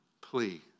plea